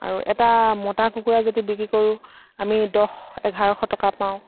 আৰু এটা মতা কুকুৰা যদি বিক্ৰী কৰো আমি দহ এঘাৰশ টকা পাওঁ